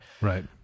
right